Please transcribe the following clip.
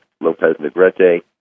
Lopez-Negrete